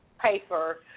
paper